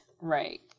right